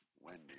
Wendy